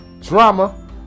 drama